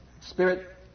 Spirit